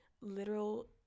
Literal